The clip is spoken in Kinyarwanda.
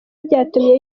byatumye